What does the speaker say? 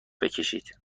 بکشید